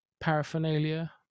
paraphernalia